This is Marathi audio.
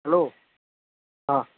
हॅलो हां